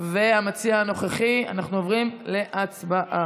אז להעביר אותה.